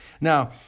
Now